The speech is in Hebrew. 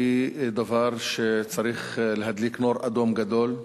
זה דבר שצריך להדליק אור אדום גדול.